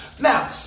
Now